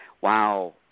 Wow